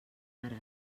ara